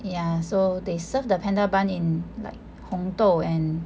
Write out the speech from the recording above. ya so they serve the panda ban in like 红豆 and